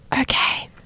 Okay